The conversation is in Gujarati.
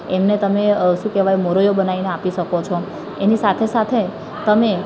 એમને તમે શું કહેવાય મોરૈયો બનાવીને આપી શકો છો એની સાથે સાથે તમે